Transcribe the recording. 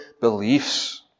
beliefs